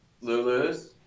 Lulu's